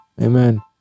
Amen